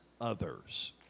others